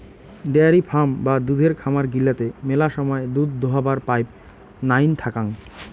dairy farm বা দুধের খামার গিলাতে মেলা সময় দুধ দোহাবার পাইপ নাইন থাকাং